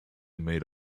made